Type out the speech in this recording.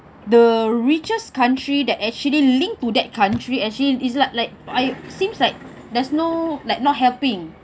the richest country that actually linked to that country actually is like like I seems like there's no like not helping